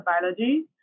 biology